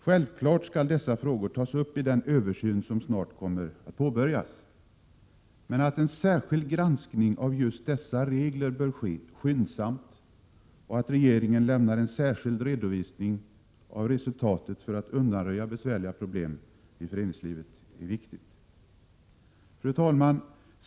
Självfallet skall dessa frågor tas upp i den översyn som snart skall påbörjas, men att en särskild granskning av just dessa regler sker skyndsamt och att regeringen lämnar en särskild redovisning av resultatet för att undanröja besvärliga problem i föreningslivet är viktigt.